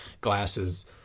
glasses